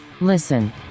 Listen